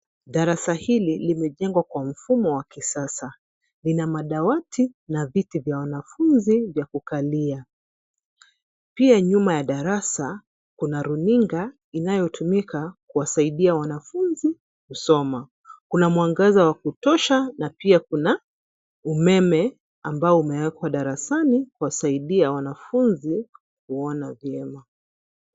Darasa hili limejengwa kwa mfumo wa kisasa. Lina madawati na viti vya wanafunzi vya kukalia. Pia nyuma ya darasa, kuna runinga inayotumika kuwasaidia wanafunzi kusoma. Kuna mwangaza wa kutosha na pia kuna umeme ambao umewekwa darasani kuwasaidia wanafunzi kuona vyema.